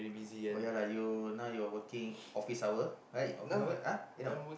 oh ya lah you now you're working office hour right office hour ah no